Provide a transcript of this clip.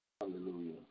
Hallelujah